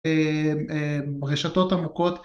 ברשתות עמוקות